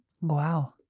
Wow